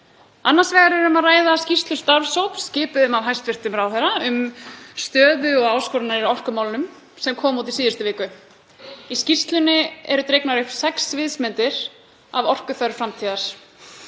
Annars vegar er um að ræða skýrslu starfshóps, skipuðum af hæstv. ráðherra, um stöðu og áskoranir í orkumálunum, sem kom út í síðustu viku. Í skýrslunni eru dregnar upp sex sviðsmyndir af orkuþörf framtíðar.